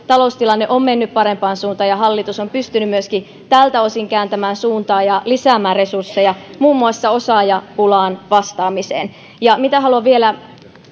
taloustilanne on mennyt parempaan suuntaan ja hallitus on pystynyt myöskin tältä osin kääntämään suuntaa ja lisäämään resursseja muun muassa osaajapulaan vastaamiseen ja se mitä haluan vielä